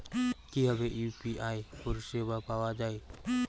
কিভাবে ইউ.পি.আই পরিসেবা পাওয়া য়ায়?